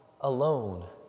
alone